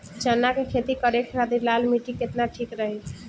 चना के खेती करे के खातिर लाल मिट्टी केतना ठीक रही?